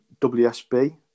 WSB